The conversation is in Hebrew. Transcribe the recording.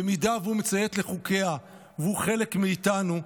במידה שהוא מציית לחוקיה והוא חלק מאיתנו,